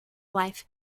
wife